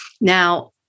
Now